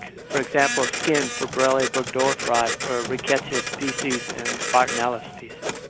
for example, skin for borrelia burgdorferi, for rickettsia species, and bartonella species.